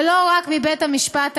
ולא רק בבית-המשפט העליון.